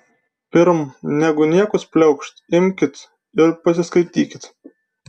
pirm negu niekus pliaukšti imkit ir pasiskaitykit